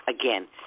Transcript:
Again